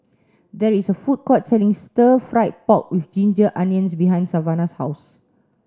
there is a food court selling stir fried pork with ginger onions behind Savanah's house